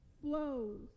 flows